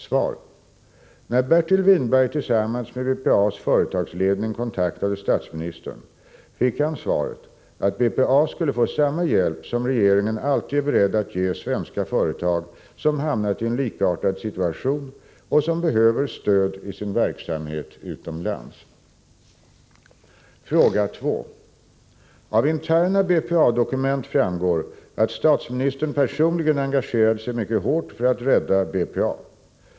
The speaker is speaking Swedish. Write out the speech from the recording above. Svar: När Bertil Whinberg tillsammans med BPA:s företagsledning kontaktade statsministern fick han svaret att BPA skulle få samma hjälp som regeringen alltid är beredd att ge svenska företag som hamnat i en likartad situation och som behöver stöd i sin verksamhet utomlands.